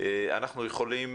אנחנו יכולים